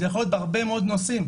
זה יכול להיות בהרבה מאוד נושאים.